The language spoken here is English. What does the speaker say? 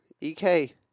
EK